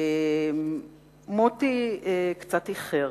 מוטי קצת איחר,